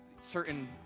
certain